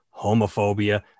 homophobia